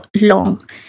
long